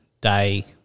day